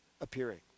appearing